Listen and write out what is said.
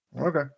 Okay